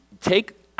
take